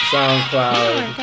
SoundCloud